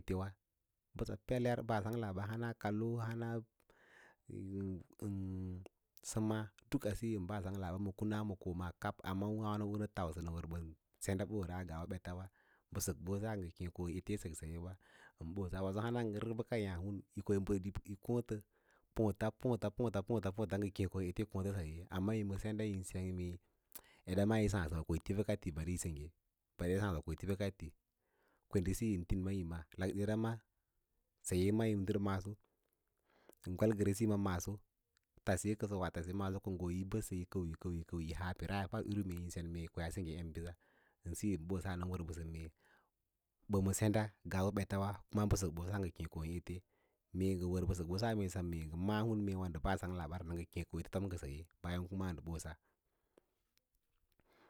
Mbəsa peler bəa sangla ba hana kalo hana səma ɗuka siyo ndə bəa sangla ɓa ma kuna ma komaa kab amma a wər wino hə tau ɓə senɗaɓora ngaa u bets ws bə sək ɓosa ngə kem ko ete sək sayewa ɓosa waso hana ngə ngə rək bəka yaã yi ko yi bəd yo kōōlə pǒǒla, pǒǒla, pǒǒla, pǒǒla ngə ko yi rək saye, amma yi ms senda yin sen mee eɗa maa yi sǎǎsəwa ko yi fidəəka ti kwende siyon tinima lakdeẽ ms saye ma yin tər masso gwalgere siyi ma maaso tase kə wa tase maaso ko ho yi bəd sə yi kəu yi kəu yi kəu yi kəu yi haa peera yaa fad duru yin sen mee ko yaa sengge emɓiss siyon ɓoss nə wər ɓəsə mee ɓə ma sen da gas u betawa kuma bə sək bosa ngə kem kon ete mee ngə wər bə səkɓosan ngə ma’ǎ hun ngə ndə bəa sanglabara ngəkem ko ete tom saye bayan kuma ndə ɓose.